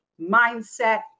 mindset